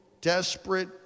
desperate